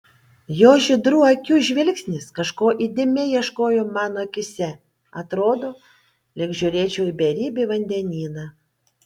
jo žydrų akių žvilgsnis kažko įdėmiai ieško mano akyse atrodo lyg žiūrėčiau į beribį vandenyną